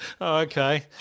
Okay